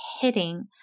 hitting